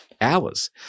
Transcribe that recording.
hours